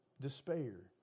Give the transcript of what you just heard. despair